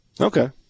Okay